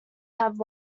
have